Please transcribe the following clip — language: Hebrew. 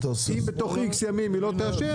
אם בתוך X ימים היא לא תאשר,